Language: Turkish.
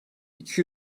iki